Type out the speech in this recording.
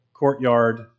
courtyard